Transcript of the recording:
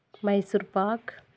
Mysore pak